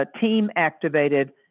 team-activated